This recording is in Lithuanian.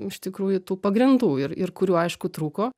iš tikrųjų tų pagrindų ir ir kurių aišku trūko